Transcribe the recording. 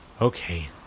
okay